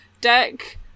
deck